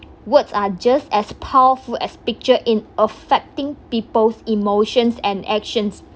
words are just as powerful as picture in affecting people's emotions and actions